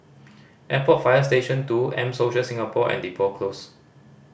Airport Fire Station Two M Social Singapore and Depot Close